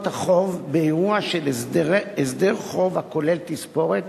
החוב באירוע של הסדר חוב הכולל תספורת.